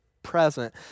present